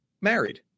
married